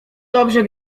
dobrze